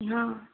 हाँ